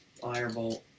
Firebolt